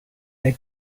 der